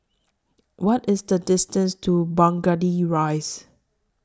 What IS The distance to Burgundy Rise